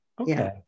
Okay